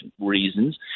reasons